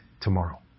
tomorrow